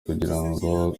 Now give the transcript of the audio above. kugirango